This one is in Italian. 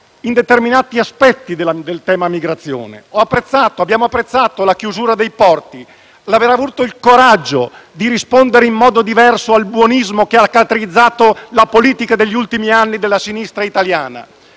su determinati aspetti del tema della migrazione. Abbiamo apprezzato la chiusura dei porti, l'aver avuto il coraggio di rispondere in modo diverso al buonismo che ha caratterizzato la politica degli ultimi anni della sinistra italiana.